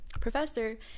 professor